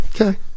Okay